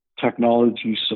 technology